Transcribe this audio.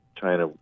China